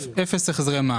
אפס החזרי מע"מ.